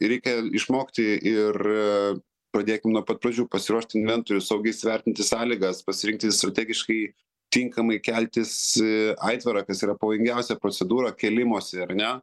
reikia išmokti ir pradėkim nuo pat pradžių pasiruošti mentorius saugiai įsivertinti sąlygas pasirinkti strategiškai tinkamai keltis aitvarą kas yra pavojingiausia procedūra kėlimosi ar ne